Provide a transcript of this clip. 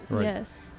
yes